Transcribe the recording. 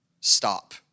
stop